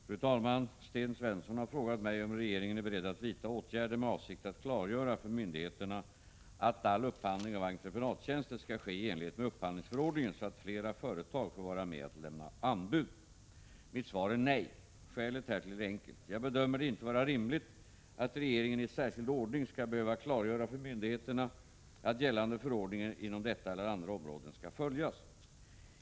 Fru talman! Sten Svensson har frågat mig om regeringen är beredd att vidta åtgärder med avsikt att klargöra för myndigheterna att all upphandling av entreprenadtjänster skall ske i enlighet med upphandlingsförordningen, så att flera företag får vara med att lämna anbud. Mitt svar är nej. Skälet härtill är enkelt. Jag bedömer det inte vara rimligt att regeringen i särskild ordning skall behöva klargöra för myndigheterna att gällande förordningar inom detta eller andra områden skall följas.